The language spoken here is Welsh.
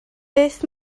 beth